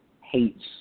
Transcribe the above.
hates